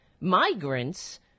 migrants